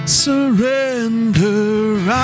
surrender